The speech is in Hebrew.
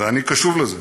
ואני קשוב לזה.